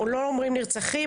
לא אומרים 'נרצחים',